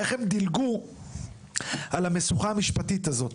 איך הם דילגו על המשוכה המשפטית הזו?